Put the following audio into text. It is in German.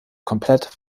komplett